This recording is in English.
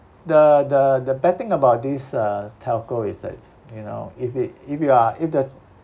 the the the bad thing about this uh telco is that you know if it if you are if the